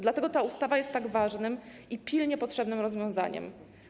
Dlatego ta ustawa jest tak ważnym i pilnie potrzebnym rozwiązaniem.